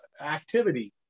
activity